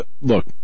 look